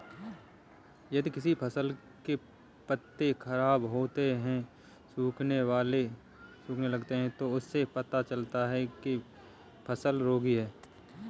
यदि किसी फसल के पत्ते खराब होते हैं, सूखने लगते हैं तो इससे पता चलता है कि फसल रोगी है